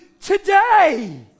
today